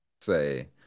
say